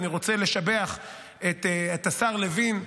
ואני רוצה לשבח את השר לוין,